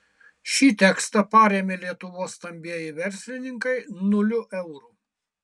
šį tekstą parėmė lietuvos stambieji verslininkai nuliu eurų